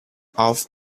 out